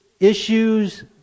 Issues